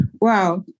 Wow